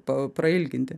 pa prailginti